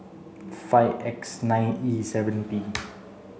five X nine E seven P